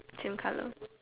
same colour